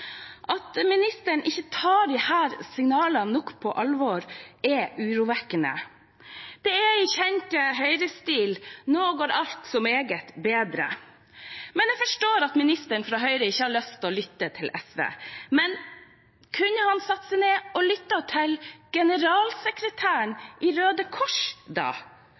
At statsråden ikke tar disse signalene nok på alvor, er urovekkende. Det er i kjent Høyre-stil – nå går alt så meget bedre. Jeg forstår at statsråden fra Høyre ikke har lyst til å lytte til SV, men kunne han ha satt seg ned og lyttet til generalsekretæren i Røde Kors, da?